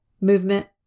movement